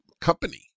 company